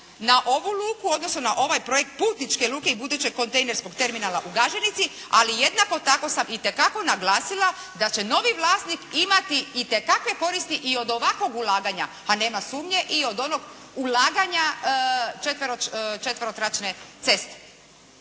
na ovu luku odnosno na ovaj projekt putničke luke i budućeg kontejnerskog terminala u Gaženici, ali jednako tako sam itekako naglasila da će novi vlasnik imati itekakve koristi i od ovakvog ulaganja, pa nema sumnje i od onoga ulaganja četverokraćne ceste.